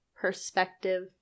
perspective